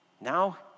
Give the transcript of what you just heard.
Now